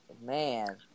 man